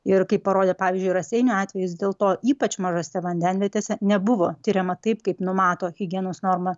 ir kaip parodė pavyzdžiui raseinių atvejis dėl to ypač mažose vandenvietėse nebuvo tiriama taip kaip numato higienos norma